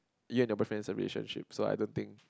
you and your boyfriend is a relationship so I don't think